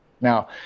Now